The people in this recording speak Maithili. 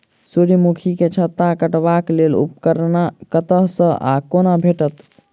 सूर्यमुखी केँ छत्ता काटबाक लेल उपकरण कतह सऽ आ कोना भेटत?